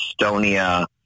Estonia